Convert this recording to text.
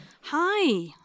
Hi